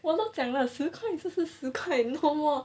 我都讲了十块就是十块 no more